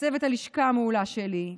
צוות הלשכה המעולה שלי,